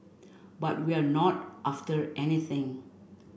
but we're not after anything